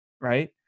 right